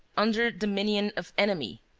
under dominion of enemy.